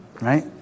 right